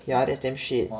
yeah that's damn shit